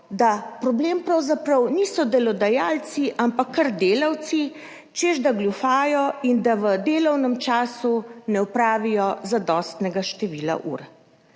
da problem pravzaprav niso delodajalci, ampak kar delavci, češ da goljufajo in da v delovnem času ne opravijo zadostnega števila ur.